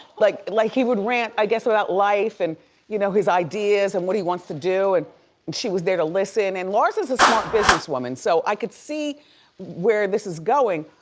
like like he would rant, i guess, about life and you know his ideas and what he wants to do. and she was there to listen, and larsa's a smart business woman, so i could see where this is going.